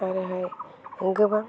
आरोहाय गोबां